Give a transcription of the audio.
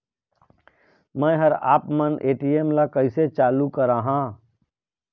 मैं हर आपमन ए.टी.एम ला कैसे चालू कराहां?